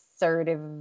assertive